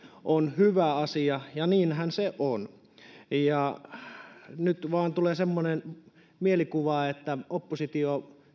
on hyvä asia ja niinhän se on nyt vain tulee semmoinen mielikuva että oppositio